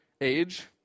age